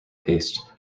paced